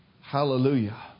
Hallelujah